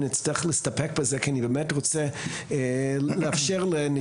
אני חייב לציין שבתור,